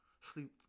sleep